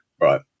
right